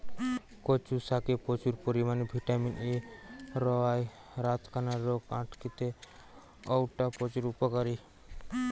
কচু শাকে প্রচুর পরিমাণে ভিটামিন এ রয়ায় রাতকানা রোগ আটকিতে অউটা প্রচুর উপকারী